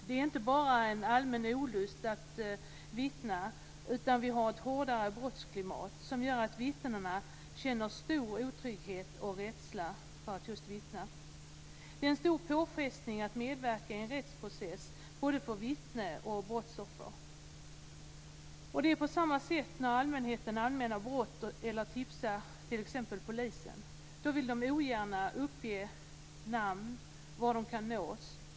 Det är inte bara fråga om en allmän olust inför att vittna, utan vi har ett hårdare brottsklimat, som gör att vittnena känner stor otrygghet och rädsla för att vittna. Det är en stor påfrestning att medverka i en rättsprocess, både för vittne och för brottsoffer. Det är på samma sätt när allmmänheten anmäler brott eller tipsar t.ex. polisen. Man vill ogärna uppge namn och var man kan nås.